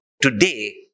today